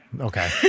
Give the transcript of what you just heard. Okay